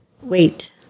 wait